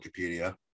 wikipedia